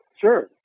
Sure